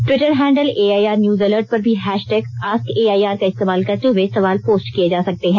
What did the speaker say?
Twitter handle AIR news alert पर भी hashtag ask A I R का इस्तेमाल करते हुए सवाल पोस्ट किए जा सकते हैं